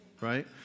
right